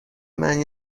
معنی